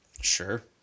Sure